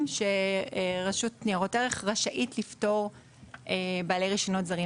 סעיפים שרשות ניירות ערך רשאית לפטור בעלי רישיונות זרים.